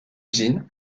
usine